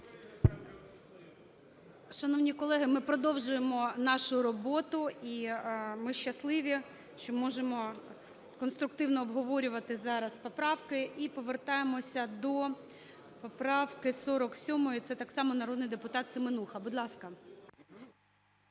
Шановні колеги, ми продовжуємо нашу роботу і ми щасливі, що можемо конструктивно обговорювати зараз поправки і повертаємося до поправки 47, це так само народний депутат Семенуха. Будь ласка.